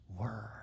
Word